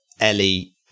Ellie